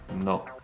No